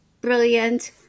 brilliant